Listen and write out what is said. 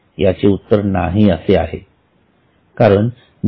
याचे उत्तर नाही असे आहे कारण जी